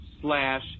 slash